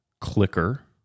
clicker